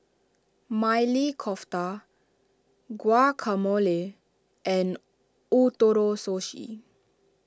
Maili Kofta Guacamole and Ootoro Sushi